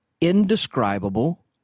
indescribable